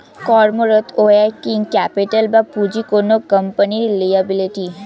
কর্মরত working capital বা পুঁজি কোনো কোম্পানির লিয়াবিলিটি